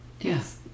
yes